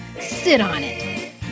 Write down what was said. sit-on-it